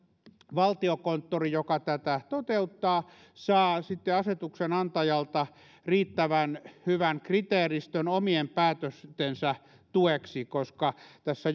valtiokonttori joka tätä toteuttaa saa sitten asetuksen antajalta riittävän hyvän kriteeristön omien päätöstensä tueksi koska tässä